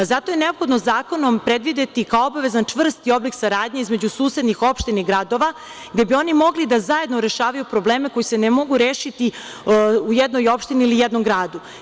Zato je neophodno zakonom predvideti kao obavezan čvrsti oblik saradnje između susednih opština i gradova, gde bi oni mogli zajedno da rešavaju probleme koji se ne mogu rešiti u jednoj opštini ili u jednom gradu.